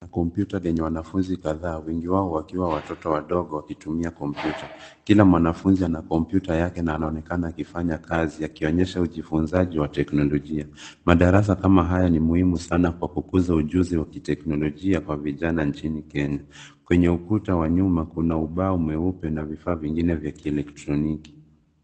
Kompyuta lenye wanafunzi kadhaa, wengi wao wakiwa watoto wadogo, wakitumia kompyuta. Kila mwanafunzi ana kompyuta yake na anaonekana akifanya kazi, akionyesha ujifunzaji wa teknolojia. Madarasa kama haya ni muhimu sana kwa kukuza ujuzi wa kiteknolojia kwa vijana, nchini Kenya. Kwenye ukuta wa nyuma, kuna ubao mweupe na vifaa vingine vya kieletroniki.